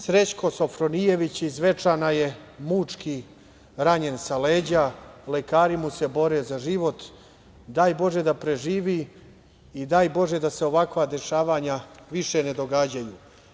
Srećko Sofronijević, iz Zvečana je mučki ranjen sa leđa, lekari mu se bore za život, daj Bože da preživi i da daj Bože da se ovakva dešavanja više ne događaju.